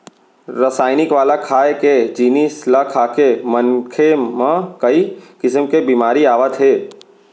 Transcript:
रसइनिक वाला खाए के जिनिस ल खाके मनखे म कइ किसम के बेमारी आवत हे